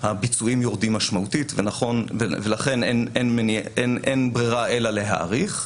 הביצועים יורדים משמעותית ולכן אין ברירה אלא להאריך.